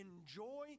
enjoy